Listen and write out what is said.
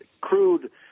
Crude